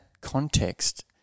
context